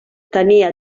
tenia